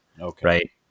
Okay